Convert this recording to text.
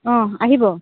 অঁ আহিব